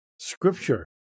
Scripture